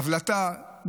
הבלטה,